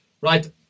right